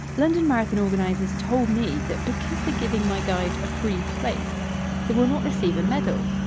london marathon organisers told me that because they're giving my guide a free place they will not receive a medal.